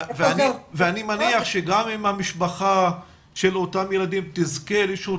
ואני מניח שגם אם המשפחה של אותם ילדים תזכה לאיזו שהיא